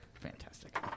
Fantastic